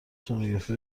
سنوگرافی